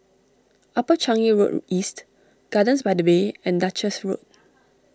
Upper Changi Road East Gardens by the Bay and Duchess Road